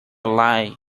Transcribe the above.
lie